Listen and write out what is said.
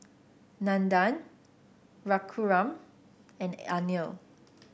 Nandan Raghuram and Anil